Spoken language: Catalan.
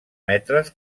metres